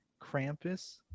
Krampus